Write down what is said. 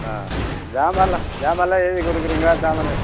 ஆ சாமான்லாம் சாமான்லாம் எழுதிக் கொடுக்குறீங்களா சாமானு